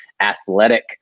athletic